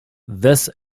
this